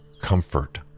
comfort